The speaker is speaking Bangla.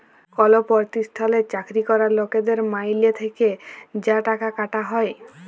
কল পরতিষ্ঠালে চাকরি ক্যরা লকের মাইলে থ্যাকে যা টাকা কাটা হ্যয়